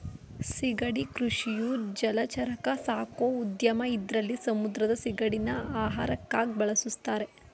ಸಿಗಡಿ ಕೃಷಿಯು ಜಲಚರನ ಸಾಕೋ ಉದ್ಯಮ ಇದ್ರಲ್ಲಿ ಸಮುದ್ರದ ಸಿಗಡಿನ ಆಹಾರಕ್ಕಾಗ್ ಬಳುಸ್ತಾರೆ